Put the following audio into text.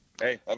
hey